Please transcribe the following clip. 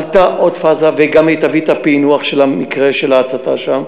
עלתה עוד פאזה וגם היא תביא את הפענוח של מקרה ההצתה שם.